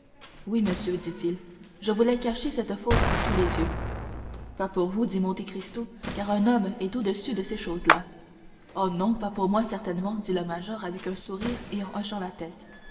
oui monsieur dit-il je voulais cacher cette faute à tous les yeux pas pour vous dit monte cristo car un homme est au-dessus de ces choses-là oh non pas pour moi certainement dit le major avec un sourire et en hochant la tête